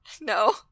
No